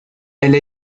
elle